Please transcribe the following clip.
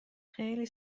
خیلی